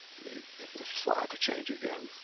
me slide to change again